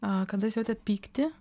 a kadaise jautėt pyktį